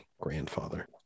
grandfather